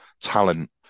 talent